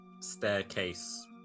staircase